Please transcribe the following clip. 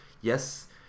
yes